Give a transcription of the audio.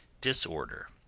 disorder